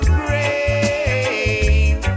grave